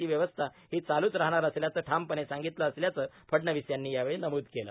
ची व्यवस्था ही चालूच राहणार असल्याचे ठामपणे सांगितल असल्याच फडणवीस यांनी यावेळी नम्द केले